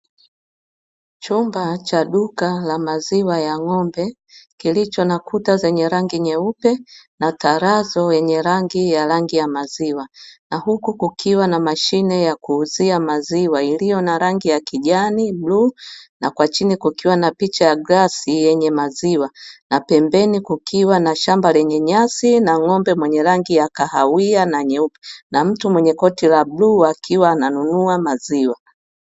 Chumba cha duka la maziwa ya ng'ombe kilicho na kuta zenye rangi nyeupe na tarazo yenye rangi ya rangi ya maziwa. Na huku kukiwa na mashine ya kuuzia maziwa iliyo na rangi ya kijani, bluu. Na kwa chini kukiwa na picha ya glasi yenye maziwa, na pembeni kukiwa na shamba lenye nyasi na ng'ombe mwenye rangi ya kahawia na nyeupe. Na mtu mwenye koti la bluu akiwa ananunua maziwa.